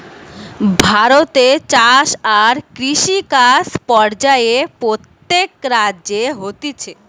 ভারতে চাষ আর কৃষিকাজ পর্যায়ে প্রত্যেক রাজ্যে হতিছে